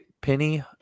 penny